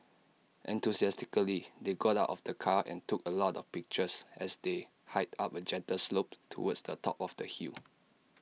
enthusiastically they got out of the car and took A lot of pictures as they hiked up A gentle slope towards the top of the hill